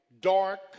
dark